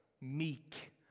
meek